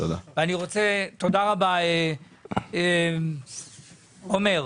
תודה רבה, עומר.